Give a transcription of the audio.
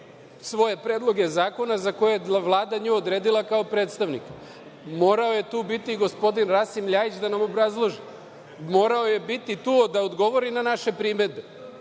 svoje predloge zakona koje je Vlada nju odredila kao predstavnika. Morao je tu biti gospodin Rasim LJajić da nam obrazloži. Morao je biti tu da odgovori na naše primedbe. Vi